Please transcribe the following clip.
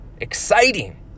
exciting